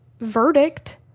verdict